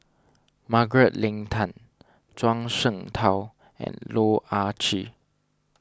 Margaret Leng Tan Zhuang Shengtao and Loh Ah Chee